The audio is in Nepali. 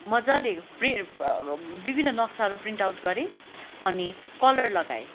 मज्जाले विभिन्न नक्साहरू प्रिन्ट आउट गरेँ अनि कलर लगाएँ